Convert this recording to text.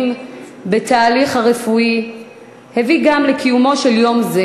בתהליך הרפואי הביאה גם לקיומו של יום זה,